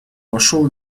вошел